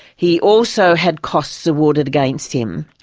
he also had costs awarded against him.